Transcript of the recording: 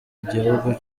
igihugu